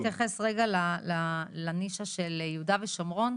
אבל בוא נתייחס רגע לנישה של יהודה ושומרון,